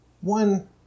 one